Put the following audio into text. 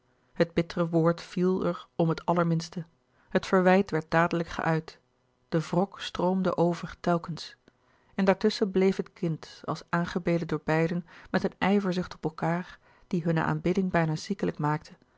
het bittere woord viel er om het allerminste het verwijt werd dadelijk geuit de wrok stroomde over telkens en daartusschen bleef het kind als aangebeden door beiden met een ijverzucht op elkaâr die hunne aanbidding bijna ziekelijk maakte